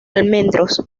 almendros